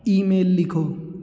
email ਲਿਖੋ